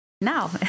now